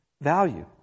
value